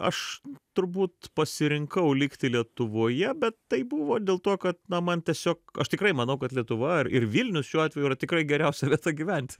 aš turbūt pasirinkau likti lietuvoje bet tai buvo dėl to kad na man tiesiog aš tikrai manau kad lietuva ir ir vilnius šiuo atveju yra tikrai geriausia vieta gyventi